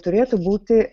turėtų būti